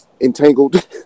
entangled